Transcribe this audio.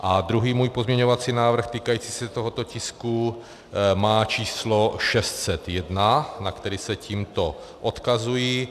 A druhý můj pozměňovací návrh týkající se tohoto tisku má číslo 601, na který se tímto odkazuji.